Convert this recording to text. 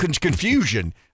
confusion